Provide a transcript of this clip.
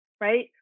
right